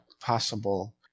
possible